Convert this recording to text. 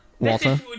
Walter